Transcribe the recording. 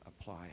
apply